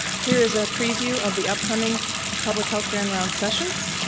here is a preview of the upcoming public health grand round sessions.